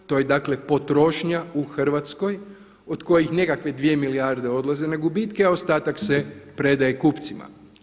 To je dakle potrošnja u Hrvatskoj od kojih nekakve dvije milijarde odlaze na gubitke, a ostatak se predaje kupcima.